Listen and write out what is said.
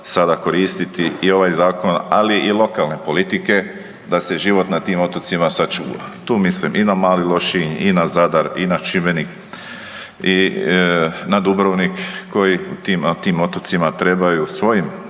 sada koristiti i ovaj zakon, ali i lokalne politike da se život na tim otocima sačuva. Tu mislim i na Mali Lošinj i na Zadar i na Šibenik i na Dubrovnik koji tim otocima trebaju svojim